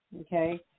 okay